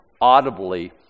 audibly